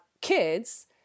kids